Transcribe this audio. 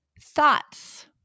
thoughts